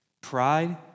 Pride